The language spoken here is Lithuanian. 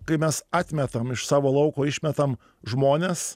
kai mes atmetam iš savo lauko išmetam žmones